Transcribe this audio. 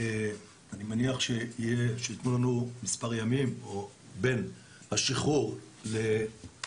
אני מניח שיתנו לנו מספר ימים בין השחרור לבין